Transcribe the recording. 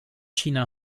china